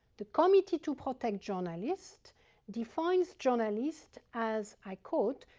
the committee to protect journalists defines journalists as, i quote,